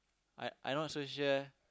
I I not so sure